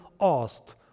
asked